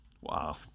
Wow